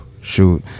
shoot